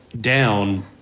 down